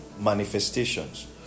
manifestations